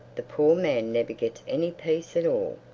the poor man never gets any peace at all!